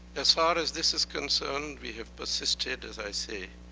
as far as this is concerned, we have persisted, as i say,